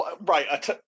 Right